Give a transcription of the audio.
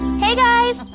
hey guys.